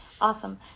Awesome